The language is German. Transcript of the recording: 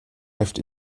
heft